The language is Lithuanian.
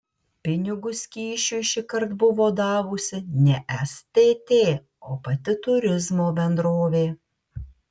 pinigus kyšiui šįkart buvo davusi ne stt o pati turizmo bendrovė